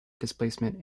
displacement